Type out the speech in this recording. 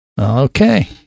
Okay